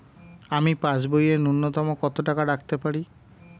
আমি পাসবইয়ে ন্যূনতম কত টাকা রাখতে পারি?